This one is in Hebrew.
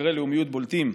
חוקרי לאומיות בולטים.